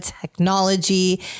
technology